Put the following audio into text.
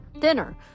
thinner